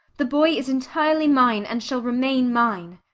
the boy is entirely mine, and shall remain mine.